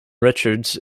richards